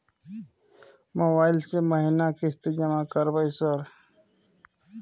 Mobile से महीना किस्त जमा करबै सर?